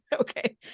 okay